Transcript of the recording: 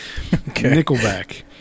Nickelback